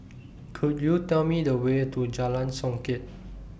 Could YOU Tell Me The Way to Jalan Songket